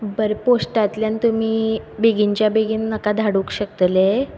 बरें पोश्टांतल्यान तुमी बेगीनच्या बेगीन म्हाका धाडूंक शकतले